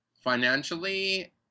financially